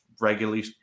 regularly